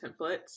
templates